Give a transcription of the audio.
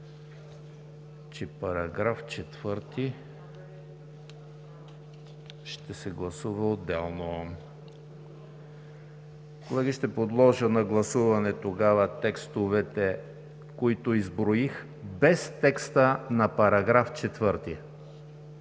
Попов, § 4 ще се гласува отделно. Колеги, ще подложа на гласуване текстовете, които изброих, без текста на § 4.